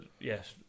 Yes